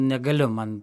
negaliu man